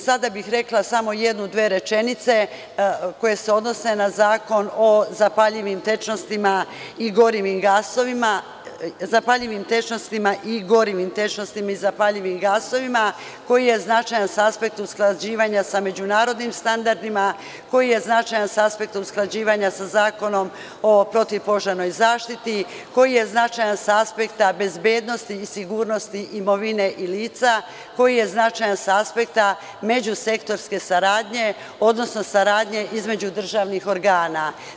Sada bih rekla samo jednu, dve rečenice koje se odnose na Zakon o zapaljivim i gorivim tečnostima i zapaljivim gasovima koji je značajan sa aspekta usklađivanja sa međunarodnim standardima koji je značajan sa aspekta usklađivanja sa Zakonom o protivpožarnoj zaštiti, koji je značajan sa aspekta bezbednosti, sigurnosti imovine lica, koji je značajan sa aspekta međusektorske saradnje, odnosno saradnje između državnih organa.